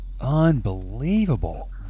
Unbelievable